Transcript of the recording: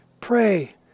pray